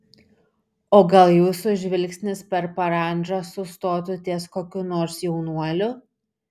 o gal jūsų žvilgsnis per parandžą sustotų ties kokiu nors jaunuoliu